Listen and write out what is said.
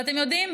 ואתם יודעים,